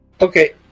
Okay